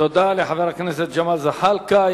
תודה לחבר הכנסת ג'מאל זחאלקה.